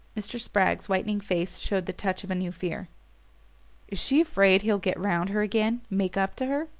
mr. spragg's whitening face showed the touch of a new fear. is she afraid he'll get round her again make up to her?